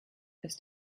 ist